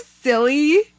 silly